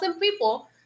people